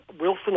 Wilson